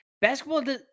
basketball